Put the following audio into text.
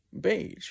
beige